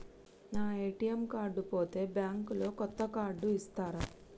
నా ATM card పోతే bank లో కొత్త కార్డు ఇస్తరా?